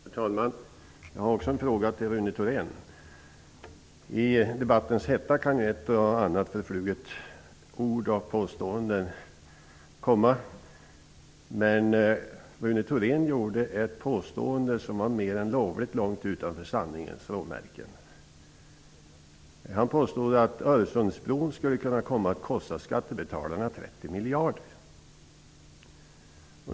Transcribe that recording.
Herr talman! Jag har också en fråga till Rune I debattens hetta kan ett och annat förfluget påstående komma. Men Rune Thorén gjorde ett påstående som låg mer än lovligt långt utanför sanningens råmärken. Han påstod att Öresundsbron skulle kunna komma att kosta skattebetalarna 30 miljarder.